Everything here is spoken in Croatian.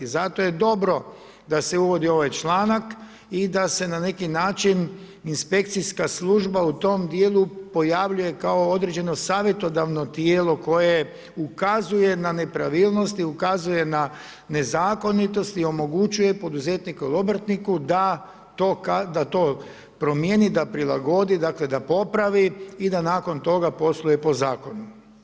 Zato je dobro da se uvodi ovaj članak i da se na neki način inspekcijska služba u tom dijelu pojavljuje kao određeno savjetodavno tijelo koje ukazuje na nepravilnosti, ukazuje na nezakonitosti, omogućuje poduzetniku ili obrtniku da to promijeni, da prilagodi, dakle, da popravi i da nakon toga posluje po Zakonu.